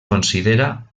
considera